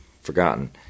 forgotten